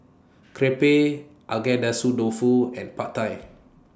Crepe Agedashi Dofu and Pad Thai